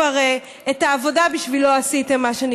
את העבודה בשבילו כבר עשיתם,